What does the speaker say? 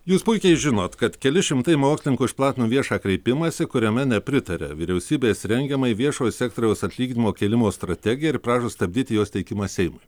jūs puikiai žinot kad keli šimtai mokslininkų išplatino viešą kreipimąsi kuriame nepritaria vyriausybės rengiamai viešojo sektoriaus atlyginimo kėlimo strategijai ir prašo stabdyti jos teikimą seimui